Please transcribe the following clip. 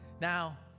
now